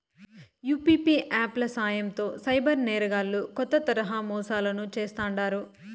UPI app ల సాయంతో cyber నేరగాల్లు కొత్త తరహా మోసాలను చేస్తాండారు